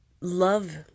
love